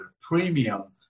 premium